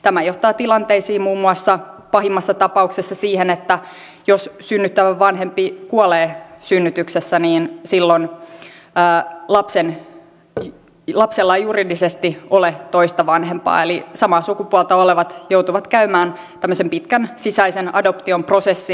tämä johtaa tilanteisiin muun muassa pahimmassa tapauksessa siihen että jos synnyttävä vanhempi kuolee synnytyksessä niin silloin lapsella ei juridisesti ole toista vanhempaa eli samaa sukupuolta olevat joutuvat käymään tämmöisen pitkän sisäisen adoption prosessin